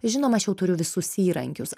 žinoma aš jau turiu visus įrankius